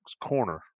corner